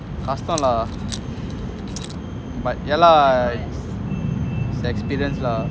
last time lah but yeah lah the experience lah